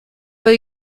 para